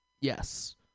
yes